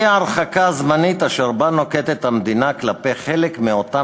האי-הרחקה הזמנית אשר נוקטת המדינה כלפי חלק מאותם